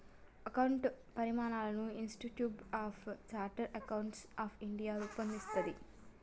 accounting ప్రమాణాలను institute of chartered accountants of India రూపొందిస్తది